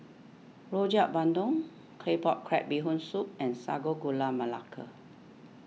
Rojak Bandung Claypot Crab Bee Hoon Soup and Sago Gula Melaka